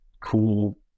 cool